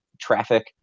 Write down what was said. traffic